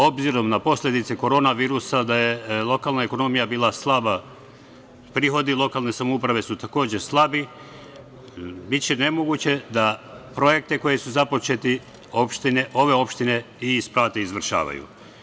Obzirom na posledice korona virusa, da je lokalna ekonomija bila slaba, prihodi lokalne samouprave su, takođe, slabi, biće nemoguće da projekte koji su započeti ove opštine i isprate i izvršavaju.